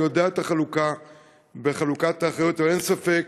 אני יודע את החלוקה בחלוקת האחריות, אבל אין ספק